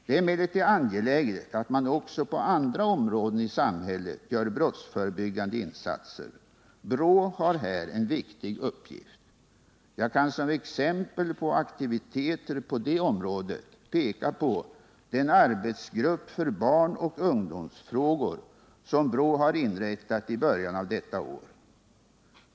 Det är emellertid angeläget att man också på andra områden i samhället gör brottsförebyggande insatser. BRÅ har här en viktig uppgift. Jag kan som exempel på aktiviteter på det området peka på den arbetsgrupp för barnoch ungdomsfrågor som BRÅ har inrättat i början av detta år.